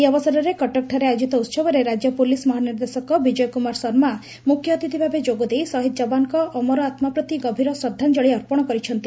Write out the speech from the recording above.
ଏହି ଅବସରରେ କଟକଠାରେ ଆୟୋଜିତ ଉହବରେ ରାକ୍ୟ ପୁଲିସ୍ ମହାନିର୍ଦ୍ଦେଶକ ବିଜୟ କୁମାର ଶର୍ମା ମୁଖ୍ୟଅତିଥ ଭାବେ ଯୋଗଦେଇ ଶହୀଦ ଯବାନଙ୍କ ଅମର ଆତ୍ନା ପ୍ରତି ଗଭୀର ଶ୍ରଦ୍ଧାଞ୍ଚଳି ଅର୍ପଣ କରିଛନ୍ତି